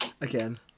again